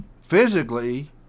physically